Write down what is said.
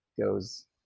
goes